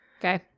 okay